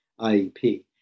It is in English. IEP